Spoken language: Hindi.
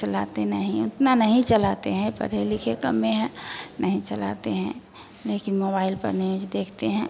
चलाते नहीं उतना नहीं चलाते हैं पढ़े लिखे कम में है नहीं चलाते हैं लेकिन मोबाइल पर न्यूज देखते हैं